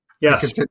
Yes